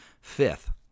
Fifth